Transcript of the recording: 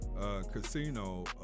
casino